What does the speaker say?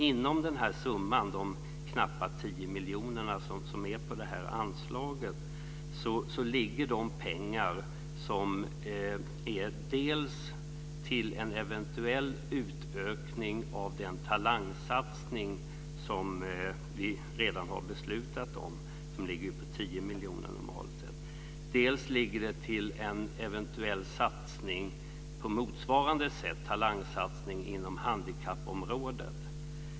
Inom de knappa tio miljoner som finns anslagna ligger pengar som dels är till en eventuell utökning av den talangsatsning som vi redan har beslutat om. - De ligger normalt på tio miljoner. - Dels är de till en eventuell talangsatsning på motsvarande sätt inom handikappområdet.